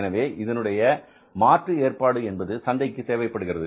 எனவே இதனுடைய மாற்று ஏற்பாடு என்பது சந்தைக்கு தேவைப்படுகிறது